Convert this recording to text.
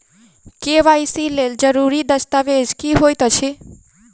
KYC लेल जरूरी दस्तावेज की होइत अछि?